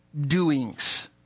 doings